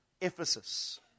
Ephesus